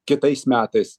kitais metais